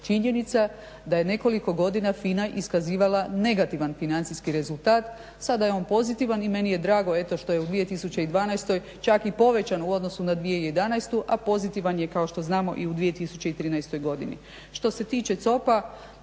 Činjenica da je nekoliko godina FINA iskazivala negativan financijski rezultat. Sada je on pozitivan i meni je drago što je eto u 2012. čak i povećan u odnosu na 2011. a pozitivan je kao što znamo i u 2013. godini.